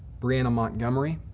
brianna montgomery,